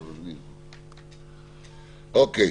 אוקיי.